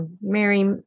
Mary